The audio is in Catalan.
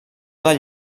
del